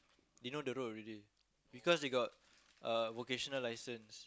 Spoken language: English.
they know the road already because they got uh vocational license